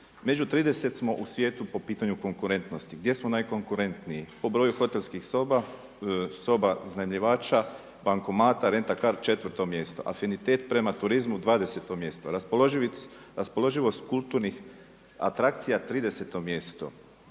Među 30 smo u svijetu po pitanju konkurentnosti. Gdje smo najkonkurentniji, po broju hotelskih soba, soba iznajmljivača, bankomata, renta car 4. mjesto, afinitet prema turizmu 20. mjesto, raspoloživost kulturnih atrakcija 30. mjesto,